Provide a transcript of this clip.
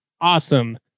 awesome